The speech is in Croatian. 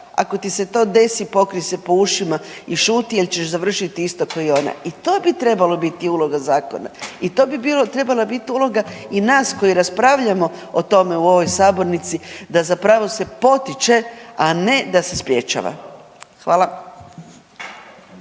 ako ti se to desi pokrij se po ušima i šuti jer ćeš završit isto kao i ona. I to bi trebala biti uloga zakona i to bi trebala biti uloga i nas koji raspravljamo o tome u ovoj sabornici da zapravo se potiče, a ne da se sprječava. Hvala.